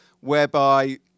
whereby